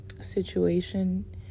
situation